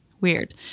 Weird